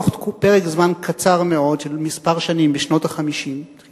בתוך פרק זמן קצר מאוד של כמה שנים בשנות ה-50,